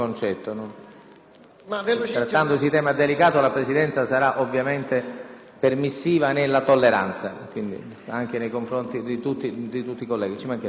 Trattandosi di un tema delicato, la Presidenza sarà ovviamente permissiva nella tolleranza nei confronti di tutti i colleghi.